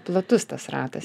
platus tas ratas